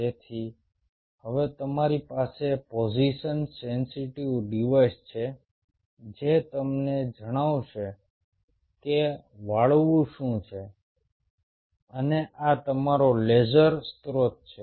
તેથી હવે તમારી પાસે પોઝિશન સેન્સિટિવ ડિવાઇસ છે જે તમને જણાવશે કે વાળવું શું છે અને આ તમારો લેસર સ્ત્રોત છે